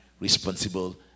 responsible